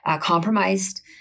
compromised